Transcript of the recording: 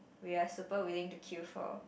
we are super willing to queue for